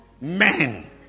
Men